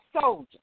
soldier